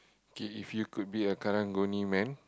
okay if you got be a Karang-Guni man